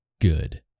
Good